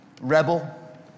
Rebel